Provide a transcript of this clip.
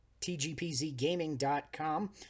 tgpzgaming.com